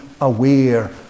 aware